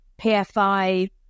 PFI